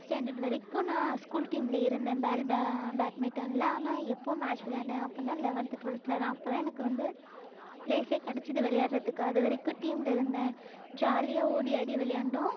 standard வரைக்கும் நான் school டீமில் இருந்தேன் பால் பே பேட்மிட்டனில் ஆனால் எப்போது மேட்ச் விளையாண்டேன் அப்படின்னா லெவந்த்து டுவெல்த்தில் தான் அப்போ தான் எனக்கு வந்து பிளேஸே கெடைச்சிது விளையாடுறதுக்கு அதுவரைக்கும் டீமில் இருந்தேன் ஜாலியாக ஓடி ஆடி விளையாண்டோம்